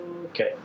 Okay